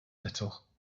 little